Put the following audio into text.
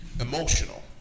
emotional